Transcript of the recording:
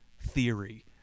theory